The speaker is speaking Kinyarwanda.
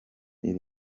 iri